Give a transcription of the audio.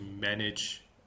manage